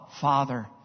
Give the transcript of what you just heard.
Father